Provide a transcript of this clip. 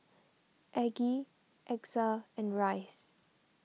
Aggie Exa and Rice